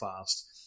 fast